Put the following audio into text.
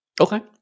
Okay